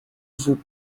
vous